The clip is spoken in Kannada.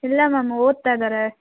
ಇಲ್ಲ ಮ್ಯಾಮ್ ಓದ್ತಾ ಇದ್ದಾರೆ